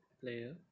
player